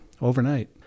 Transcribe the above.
overnight